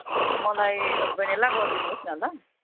हुन्छ मलाई भेनेला गरिदिनुहोस् न ल